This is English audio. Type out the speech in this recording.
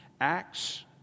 Acts